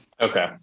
Okay